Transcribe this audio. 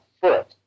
foot